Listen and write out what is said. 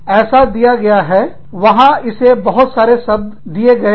ऐसा दिया गया है वहां इसे बहुत सारे शब्द दिए गए हैं